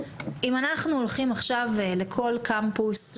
אם אנחנו הולכים עכשיו לכל קמפוס,